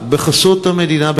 בחסות המדינה,